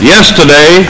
Yesterday